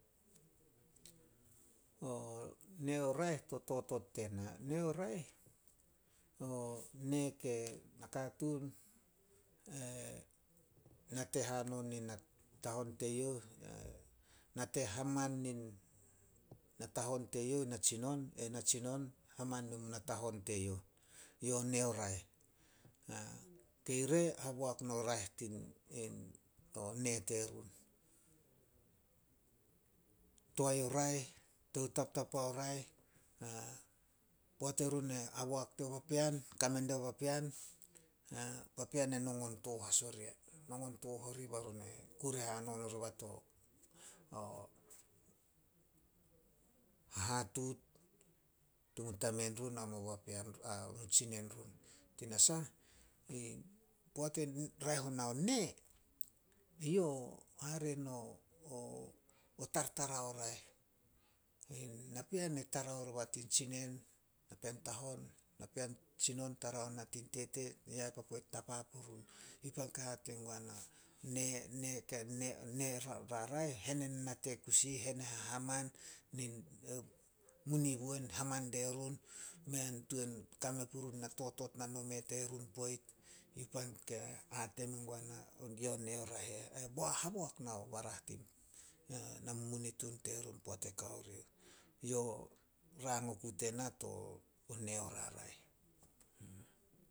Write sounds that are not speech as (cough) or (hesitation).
(hesitation) Nee o raeh to totot tena, nee o raeh, o nee ke, nakatuun e nate hanon nin natahon teyouh, nate haman nin natahon teyouh, natsinon, ai natsinon haman nin natahon teyouh. Yo nee o raeh. (hesitation) Kei re haboak no raeh (hesitation) to nee terun. Toae raeh, toutaptapa o raeh, (hesitation) poat erun e haboak dio papean, kame dao papean. Papean e nongon tooh as oria. Nongon tooh orih bai run e kure hanon oriba to (hesitation) hatuut tumun tamen run amo (unintelligible) tsinen run. Tinasah, (unintelligible) poat (hesitation) raeh onao nee, yo (unintelligible) tartara o raeh. In napean tara oriba tin tsinen, napean tahon, tsinon tara oriba tin tete ya papu tapa purun. Youh pan ke hate guana, (unintelligible) nee o raraeh, hene nanate kusi, hene hahaman, (hesitation) muniwon haman dierun. Mei a tuan kame purun na totot na nome terun poit. Yo pan ke hate mengua na yo nee o raeh e eh. Ai (unintelligible) haboak nao barah tin namumunitun terun poat e kao ria. Yo rang oku tena to nee o raraeh.